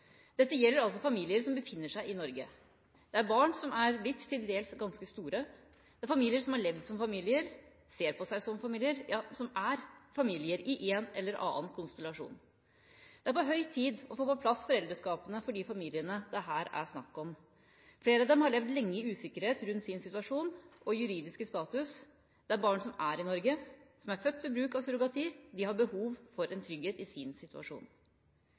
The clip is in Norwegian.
Dette gjelder altså familier som befinner seg i Norge. Det er barn som er blitt til dels ganske store, det er familier som har levd som familier og ser på seg selv som familier – ja, som er familier i en eller annen konstellasjon. Det er på høy tid å få på plass foreldreskapene for de familiene det her er snakk om. Flere av dem har levd lenge i usikkerhet rundt sin situasjon og juridiske status. Dette er barn som er i Norge, og som er født ved bruk av surrogati. De har behov for en trygghet i sin situasjon.